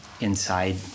inside